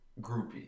groupie